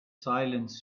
silence